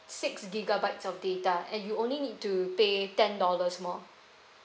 six gigabytes of data and you only need to pay ten dollars more